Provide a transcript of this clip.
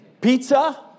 Pizza